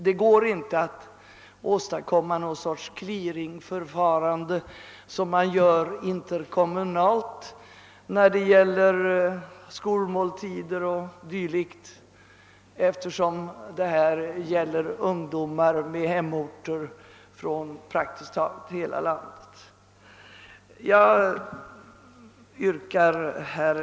Det går inte att åstadkomma ett slags clearingförfarande som man gör interkommunalt med skolmåltider och liknande, eftersom det här gäller ungdo mar från praktiskt taget alla delar av landet.